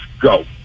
go